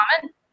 comment